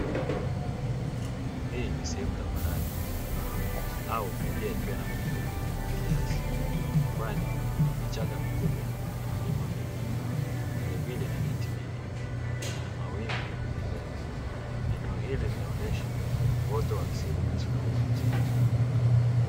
Hii ni sehemu tambarare au pia ikiwa na muinuko kiasi, kwani vichaka vikubwa na milima mingi, vilevile na miti mingi na mawingu ya kupendeza. Eneo hili linaonesha uoto wa asili, jinsi unavyovutia.